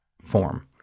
form